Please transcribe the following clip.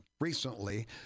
recently